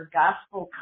gospel